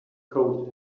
coat